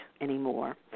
anymore